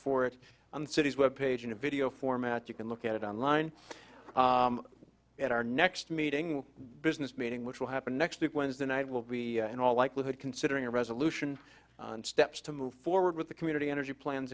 the city's web page in a video format you can look at it online at our next meeting business meeting which will happen next wednesday night will be in all likelihood considering a resolution on steps to move forward with the community energy plans